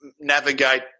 navigate